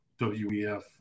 WEF